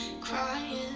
crying